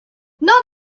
not